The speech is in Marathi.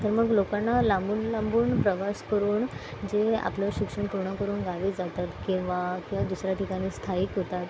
तर मग लोकांना लांबून लांबून प्रवास करून जे आपलं शिक्षण पूर्ण करून गावी जातात किंवा किंवा दुसऱ्या ठिकाणी स्थायिक होतात